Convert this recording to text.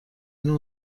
این